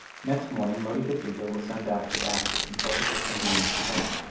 next morning motikatika was sent out with a basket, and told to pick some beans for dinner.